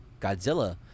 Godzilla